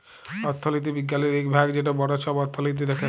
অথ্থলিতি বিজ্ঞালের ইক ভাগ যেট বড় ছব অথ্থলিতি দ্যাখে